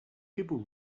people